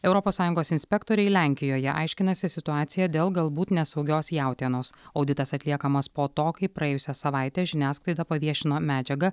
europos sąjungos inspektoriai lenkijoje aiškinasi situaciją dėl galbūt nesaugios jautienos auditas atliekamas po to kai praėjusią savaitę žiniasklaida paviešino medžiagą